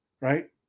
right